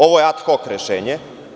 Ovo je ad hok rešenje.